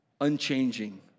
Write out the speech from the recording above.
unchanging